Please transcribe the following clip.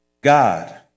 God